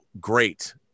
great